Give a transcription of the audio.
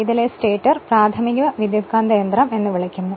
ഇതിലെ സ്റ്റേറ്ററിനെ പ്രാഥമിക വിദ്യുത്കാന്തയന്ത്രo എന്നു വിളിക്കുന്നു